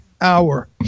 hour